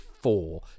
Four